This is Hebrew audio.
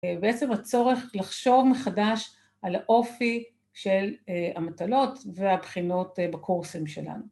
‫בעצם הצורך לחשוב מחדש ‫על האופי של המטלות ‫והבחינות בקורסים שלנו.